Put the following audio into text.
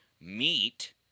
meet